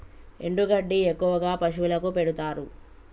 ఎండు గడ్డి ఎక్కువగా పశువులకు పెడుతారు